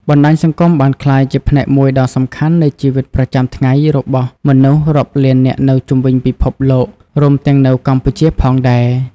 បណ្តាញសង្គមបានក្លាយជាផ្នែកមួយដ៏សំខាន់នៃជីវិតប្រចាំថ្ងៃរបស់មនុស្សរាប់លាននាក់នៅជុំវិញពិភពលោក រួមទាំងនៅកម្ពុជាផងដែរ។